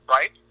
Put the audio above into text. Right